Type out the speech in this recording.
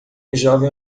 jovem